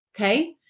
Okay